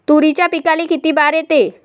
तुरीच्या पिकाले किती बार येते?